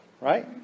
Right